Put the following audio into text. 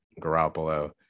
Garoppolo